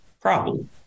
problem